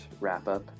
wrap-up